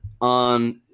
on